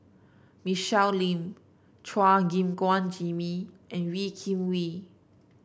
Michelle Lim Chua Gim Guan Jimmy and Wee Kim Wee